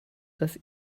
dass